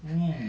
mm